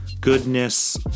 goodness